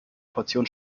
portion